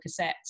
cassettes